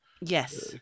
Yes